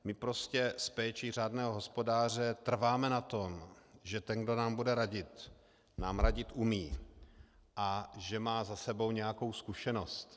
My prostě s péčí řádného hospodáře trváme na tom, že ten, kdo nám bude radit, nám radit umí a že má za sebou nějakou zkušenost.